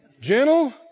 Gentle